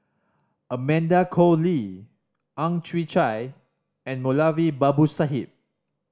Amanda Koe Lee Ang Chwee Chai and Moulavi Babu Sahib